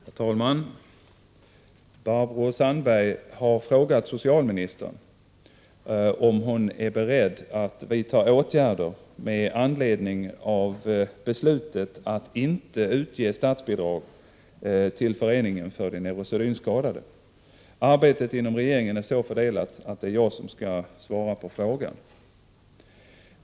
Herr talman! Barbro Sandberg har frågat socialministern om hon är beredd att vidta åtgärder med anlednng av beslutet att inte utge statsbidrag till Föreningen för de neurosedynskadade. Arbetet inom regeringen är så fördelat att det är jag som skall svara på frågan.